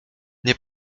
nie